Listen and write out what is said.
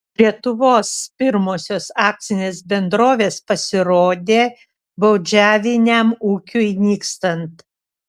lietuvos pirmosios akcinės bendrovės pasirodė baudžiaviniam ūkiui nykstant